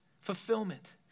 fulfillment